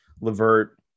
levert